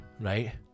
right